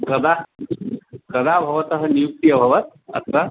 कदा कदा भवतः नियुक्तिः अभवत् अत्र